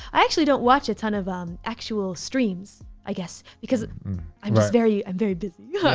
i actually don't watch a ton of um actual streams i guess, because i'm just very. i'm very busy. yeah